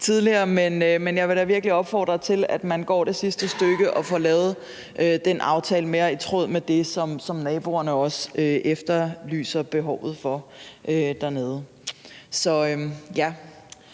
men jeg vil da virkelig opfordre til, at man går det sidste stykke og får lavet den aftale mere i tråd med det, som naboerne også efterlyser behovet for dernede. Så vi